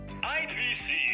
IPC